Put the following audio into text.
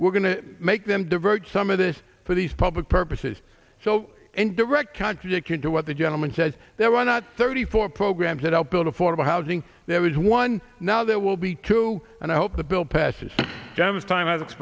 we're going to make them divert some of this for these public purposes so in direct contradiction to what the gentleman says there are not thirty four programs that help build affordable housing there is one now there will be two and i hope the bill passes gemma's time